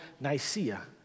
Nicaea